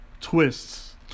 twists